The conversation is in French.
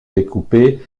découpé